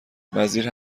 وزیر